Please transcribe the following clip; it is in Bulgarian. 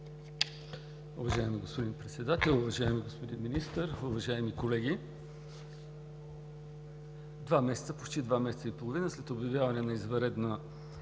Уважаеми господин Председател, уважаеми господин Министър, уважаеми колеги! Почти два месеца и половина след обявяване на извънредно